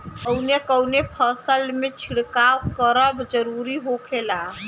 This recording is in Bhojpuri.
कवने कवने फसल में छिड़काव करब जरूरी होखेला?